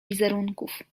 wizerunków